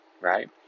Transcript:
right